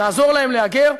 נעזור להם להגר.